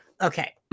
Okay